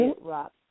rock